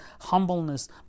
humbleness